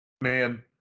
Man